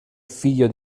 figlio